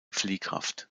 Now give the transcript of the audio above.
fliehkraft